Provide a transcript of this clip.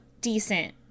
decent